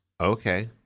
Okay